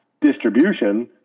distribution